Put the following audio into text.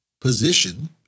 position